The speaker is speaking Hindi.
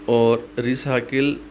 और रिसाइकल